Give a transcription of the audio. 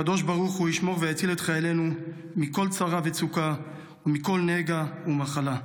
הקדוש ברוך הוא ישמור ויציל את חיילינו מכל צרה וצוקה ומכל נגע ומחלה,